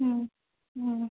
हँ हँ